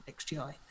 XGI